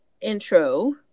intro